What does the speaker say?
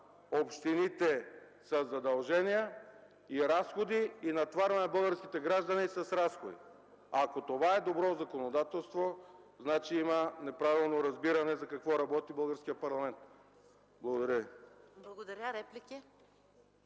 общините със задължения и разходи, и натоварваме българските граждани с разходи. Ако това е добро законодателство, значи има неправилно разбиране за какво работи българският парламент. Благодаря